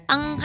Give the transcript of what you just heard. Ang